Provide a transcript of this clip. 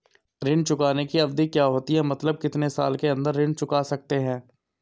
ऋण चुकाने की अवधि क्या होती है मतलब कितने साल के अंदर ऋण चुका सकते हैं?